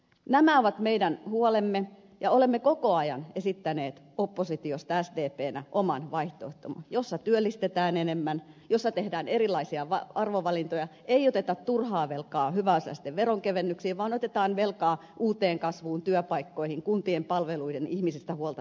nämä ovat meidän huolemme ja olemme koko ajan esittäneet oppositiosta sdpnä oman vaihtoehtomme jossa työllistetään enemmän jossa tehdään erilaisia arvovalintoja ei oteta turhaa velkaa hyväosaisten veronkevennyksiin vaan otetaan velkaa uuteen kasvuun työpaikkoihin kuntien palveluihin ja ihmisistä huolta pitämiseen